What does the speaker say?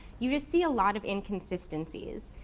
you just see a lot of inconsistencies.